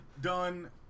done